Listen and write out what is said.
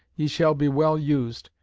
ye shall be well used,